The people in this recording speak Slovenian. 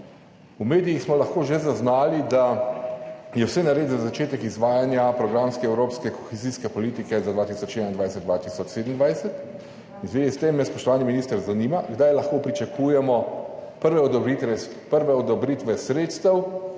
V medijih smo lahko že zaznali, da je vse nared za začetek izvajanja programske evropske kohezijske politike za 2021–2027. V zvezi s tem me, spoštovani minister, zanima: Kdaj lahko pričakujemo prve odobritve sredstev